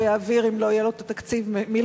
יעביר אם לא יהיה לו את התקציב מלכתחילה,